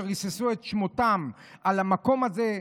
שריססו את שמותיהם במקום הזה,